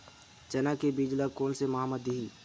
चना के बीज ल कोन से माह म दीही?